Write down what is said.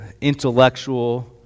intellectual